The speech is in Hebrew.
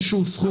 איזה שהוא סכום.